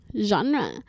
genre